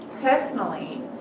personally